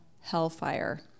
hellfire